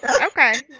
Okay